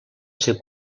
ser